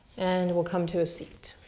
and we'll come to a seat.